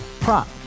Prop